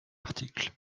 article